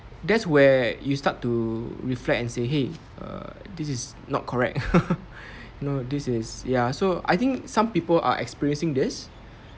that's where you start to reflect and say !hey! err this is not correct no this is ya so I think some people are experiencing this